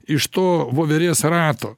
iš to voverės rato